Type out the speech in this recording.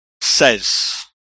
says